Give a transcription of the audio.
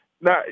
Now